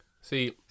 See